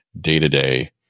day-to-day